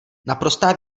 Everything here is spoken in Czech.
naprostá